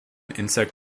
insect